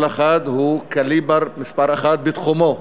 כל אחד הוא קליבר מספר אחת בתחומו,